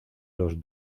los